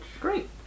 Great